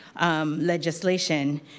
legislation